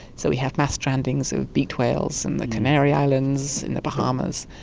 so we have mass strandings of beaked whales in the canary islands, in the bahamas,